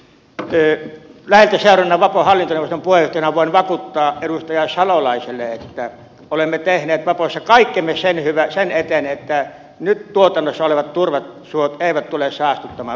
läheltä seuranneena vapon hallintoneuvoston puheenjohtajana voin vakuuttaa edustaja salolaiselle että olemme tehneet vapossa kaikkemme sen eteen että nyt tuotannossa olevat turvesuot eivät tule saastuttamaan